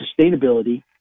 sustainability